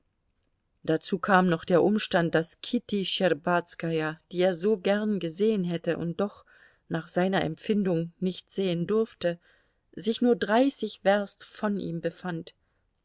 dazu kam noch der umstand daß kitty schtscherbazkaja die er so gern gesehen hätte und doch nach seiner empfindung nicht sehen durfte sich nur dreißig werst von ihm entfernt befand